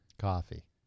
Coffee